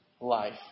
life